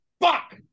fuck